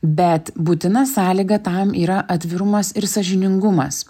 bet būtina sąlyga tam yra atvirumas ir sąžiningumas